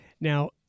Now